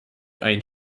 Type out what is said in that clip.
ein